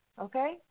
Okay